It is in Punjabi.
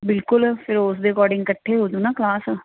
ਬਿਲਕੁਲ ਫਿਰ ਉਸ ਦੇ ਅਕੌਰਡਿੰਗ ਇਕੱਠੇ ਹੋ ਜਾਓ ਨਾ ਕਲਾਸ ਆ